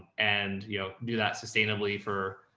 and you know, do that sustainably for,